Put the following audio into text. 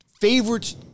favorites